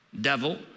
devil